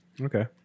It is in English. okay